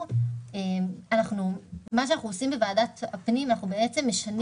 מה שאנחנו עושים בוועדת הפנים זה משנים